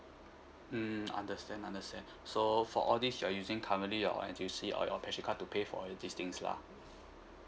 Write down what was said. mm understand understand so for all these you are using currently your N_T_U_C or your passion card to pay for all these things lah